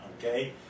okay